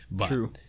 True